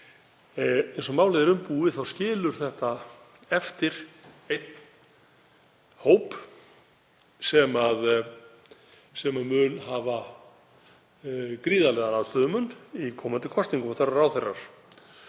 Eins og málið er umbúið þá skilur það eftir einn hóp sem mun hafa gríðarlegan aðstöðumun í komandi kosningum og það eru ráðherrar.